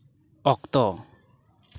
ᱚᱠᱛᱚ